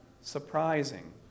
surprising